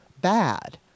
bad